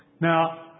Now